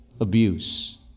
abuse